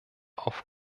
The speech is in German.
auf